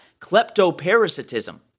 kleptoparasitism